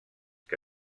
que